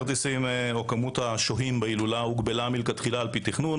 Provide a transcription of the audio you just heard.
כמות השוהים בהילולה הוגבלה מלכתחילה על פי תכנון,